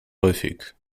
häufig